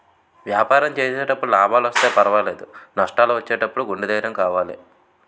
వ్యాపారం చేసేటప్పుడు లాభాలొస్తే పర్వాలేదు, నష్టాలు వచ్చినప్పుడు గుండె ధైర్యం కావాలి